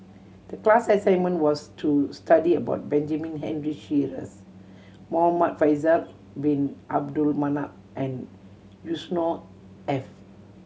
the class assignment was to study about Benjamin Henry Sheares Muhamad Faisal Bin Abdul Manap and Yusnor Ef